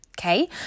Okay